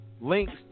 links